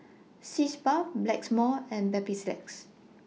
Sitz Bath Blackmores and Mepilex